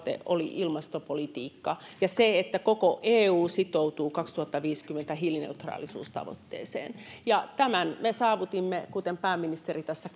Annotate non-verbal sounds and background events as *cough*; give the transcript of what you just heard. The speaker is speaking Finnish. oli ilmastopolitiikka ja se että koko eu sitoutuu kaksituhattaviisikymmentä hiilineutraalisuustavoitteeseen tämän me saavutimme kuten pääministeri tässä *unintelligible*